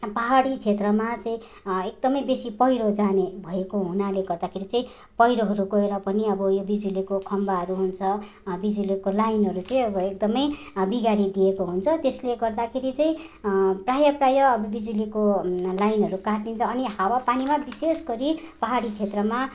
पहाडी क्षेत्रमा चाहिँ एकदमै बेसी पहिरो जाने भएको हुनाले गर्दाखेरि चाहिँ पहिरोहरू गएर पनि अब यो बिजुलीको खम्बाहरू हुन्छ बिजुलीको लाइनहरू चाहिँ अब एकदमै बिगारिदिएको हुन्छ त्यसले गर्दाखेरि चाहिँ प्रायः प्रायः अब बिजुलीको लाइनहरू काटिन्छ अनि हावा पानीमा विशेष गरी पहाडी क्षेत्रमा